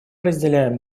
разделяем